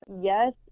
Yes